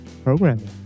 programming